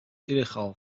illegaal